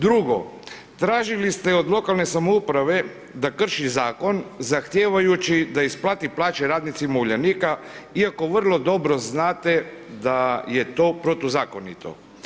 Drugo, tražili ste od lokalne samouprave da krši Zakon zahtijevajući da isplati plaće radnicima Uljanika iako vrlo dobro znate da je to protuzakonito.